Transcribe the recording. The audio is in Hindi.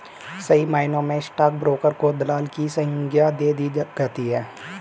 सही मायनों में स्टाक ब्रोकर को दलाल की संग्या दे दी जाती है